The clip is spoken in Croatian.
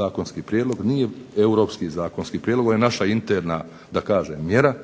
zakonski prijedlog, nije europski zakonski prijedlog, ovo je naša interna, da kažem, mjera